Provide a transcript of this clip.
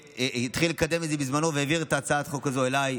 שהתחיל לקדם את זה בזמנו והעביר את הצעת החוק הזו אליי,